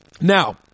Now